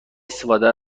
استفاده